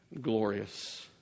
glorious